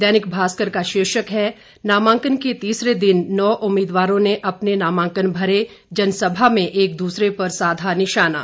दैनिक भास्कर का शीर्षक है नामांकन के तीसरे दिन नौ उम्मीदवारों ने अपने नामांकन भरे जनसभा में एक दूसरे पर साधा निशाना